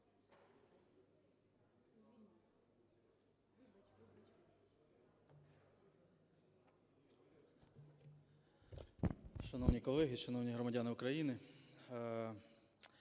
Шановні колеги, шановні громадяни України.